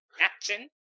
Action